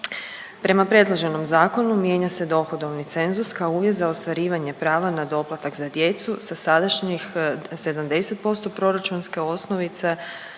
Prema predloženom zakonu mijenja se dohodovni cenzus kao uvjet za ostvarivanje prava na doplatak za djecu sa sadašnjih 70% proračunske osnovice